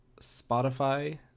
Spotify